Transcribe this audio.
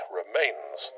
remains